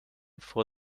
for